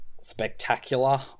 spectacular